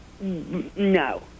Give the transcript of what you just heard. No